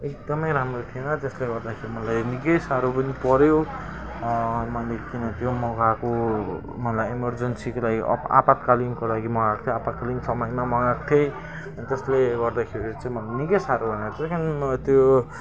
एकदमै राम्रो थिएन त्यसले गर्दाखेरि मलाई निकै साह्रो पनि पऱ्यो मैले किनभने त्यो मगाएको मलाई एमर्जेन्सीको लागि अप आपत्कालीनको लागि मगाएको थिएँ आपत्कालीन समयमा मगाएको थिएँ त्यसले गर्दा चाहिँ मलाई निकै साह्रो त्यो